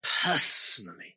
personally